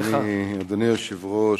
אדוני היושב-ראש,